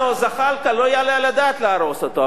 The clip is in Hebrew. או זחאלקה לא יעלה על הדעת להרוס אותו,